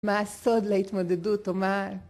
מה הסוד להתמודדות או מה...